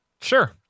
Sure